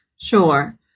Sure